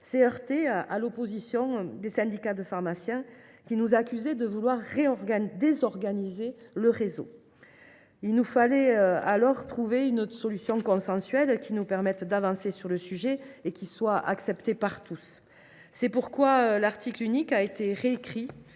s’est heurtée à l’opposition des syndicats de pharmaciens, qui nous accusaient de vouloir « désorganiser le réseau ». Il nous fallait alors trouver une solution consensuelle qui nous permette d’avancer sur le sujet et qui soit acceptée par tous. C’est pourquoi l’article unique a été réécrit